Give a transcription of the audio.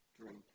drink